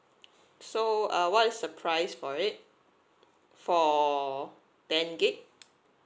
so uh what is the price for it for ten gig